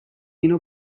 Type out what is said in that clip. اینو